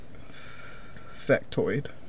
Factoid